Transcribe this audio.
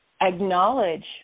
acknowledge